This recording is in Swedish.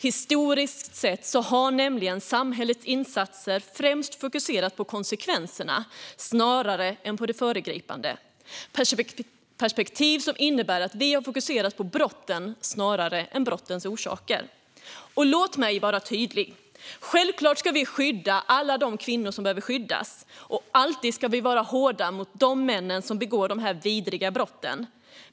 Historiskt sett har samhällets insatser nämligen främst fokuserat på konsekvenserna snarare än på det förebyggande. Det är ett perspektiv som innebär att vi har fokuserat på brotten snarare än på brottens orsaker. Låt mig vara tydlig: Självklart ska vi skydda alla de kvinnor som behöver skyddas, och alltid ska vi vara hårda mot de män som begår dessa vidriga brott.